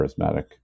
charismatic